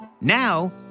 Now